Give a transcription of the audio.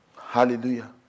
Hallelujah